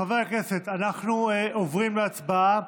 חברי הכנסת, אנחנו עוברים להצבעה.